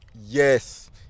yes